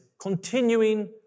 continuing